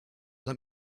let